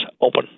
open